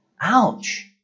Ouch